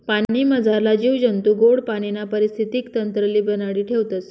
पाणीमझारला जीव जंतू गोड पाणीना परिस्थितीक तंत्रले बनाडी ठेवतस